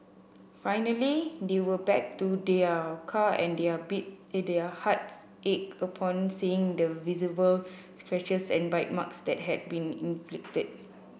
finally they went back to their car and their and their hearts ached upon seeing the visible scratches and bite marks that had been inflicted